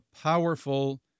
powerful